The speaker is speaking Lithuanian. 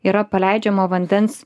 yra paleidžiamo vandens